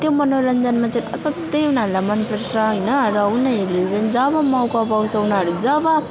त्यो मनोरञ्जनमा चाहिँ असाध्यै उनीहरूलाई मन पर्छ होइन र उनीहरूले जब मौका पाउँछ उनीहरू जब